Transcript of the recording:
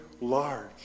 large